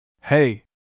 Hey